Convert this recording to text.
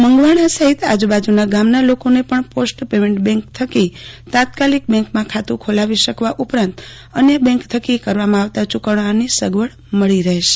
મંગવાણા સહીત આજુબાજુના ગામના લોકોને પણ પોસ્ટ પેમેન્ટ બેંક થાકી તાત્કાલિક બેંકમાં ખાતું ખોલાવી શકવા ઉપરાંત અન્યને બેંક થકી કરવામાં આવતા યૂકવનાની સગવડ મળી રહેશે